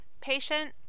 patient